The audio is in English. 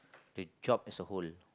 the job as a whole